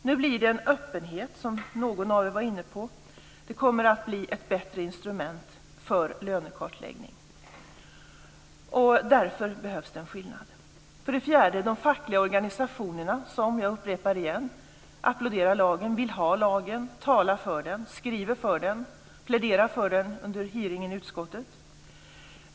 Nu blir det en öppenhet, som någon av er var inne på. Det kommer att bli ett bättre instrument för lönekartläggning. Därför behövs det en skärpning. För det fjärde utvecklas möjligheterna för de fackliga organisationerna. Jag upprepar att de applåderar lagen, vill ha den, talar och skriver för den. De pläderade för den under hearingen i utskottet.